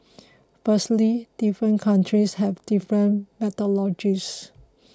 firstly different countries have different